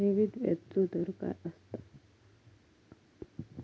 ठेवीत व्याजचो दर काय असता?